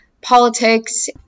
politics